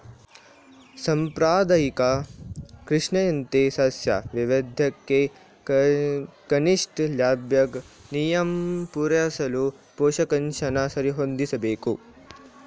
ಸಾಂಪ್ರದಾಯಿಕ ಕೃಷಿಯಂತೆ ಸಸ್ಯ ವೈವಿಧ್ಯಕ್ಕೆ ಕನಿಷ್ಠ ಲೈಬಿಗ್ ನಿಯಮ ಪೂರೈಸಲು ಪೋಷಕಾಂಶನ ಸರಿಹೊಂದಿಸ್ಬೇಕು